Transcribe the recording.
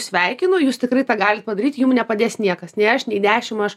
sveikinu jūs tikrai tą galite padaryt jum nepadės niekas nei aš nei dešim aš